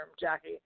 Jackie